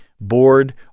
bored